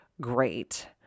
great